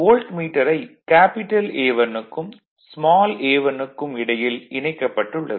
வோல்ட்மீட்டரை capital A1 க்கும் small a1 க்கும் இடையில் இணைக்கப்பட்டுள்ளது